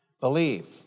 Believe